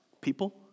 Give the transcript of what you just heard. people